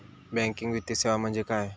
Banking वित्तीय सेवा म्हणजे काय?